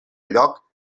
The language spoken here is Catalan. lloc